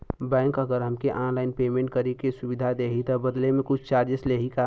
Bank अगर हमके online payment करे के सुविधा देही त बदले में कुछ चार्जेस लेही का?